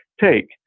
take